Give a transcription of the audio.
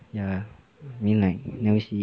ya I mean like never see